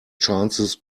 chances